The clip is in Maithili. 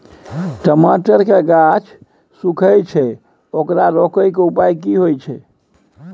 टमाटर के गाछ सूखे छै ओकरा रोके के उपाय कि होय है?